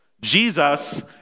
Jesus